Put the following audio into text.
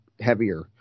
heavier